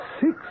Six